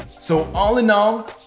so all in all,